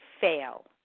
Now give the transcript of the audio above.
fail